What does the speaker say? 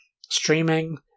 streaming